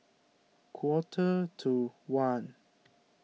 quarter to one